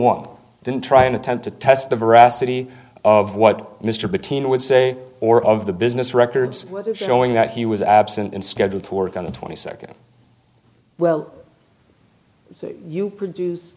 one didn't try an attempt to test the veracity of what mr pitino would say or of the business records showing that he was absent in scheduled to work on the twenty second well you produce